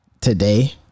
today